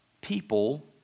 people